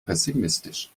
pessimistisch